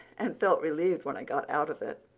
and felt relieved when i got out of it.